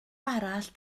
arall